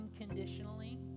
unconditionally